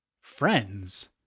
Friends